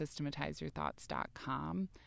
systematizeyourthoughts.com